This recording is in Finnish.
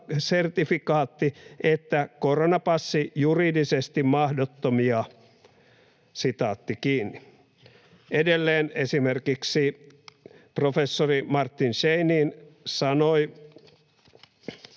että koronapassi juridisesti mahdottomia.” Edelleen esimerkiksi professori Martin Scheinin sanoi